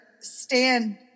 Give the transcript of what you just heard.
stand